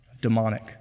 demonic